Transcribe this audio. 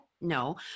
No